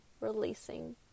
releasing